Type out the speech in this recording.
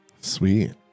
Sweet